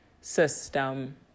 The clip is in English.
system